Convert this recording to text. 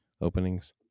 openings